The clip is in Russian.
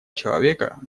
человека